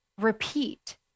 repeat